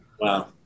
Wow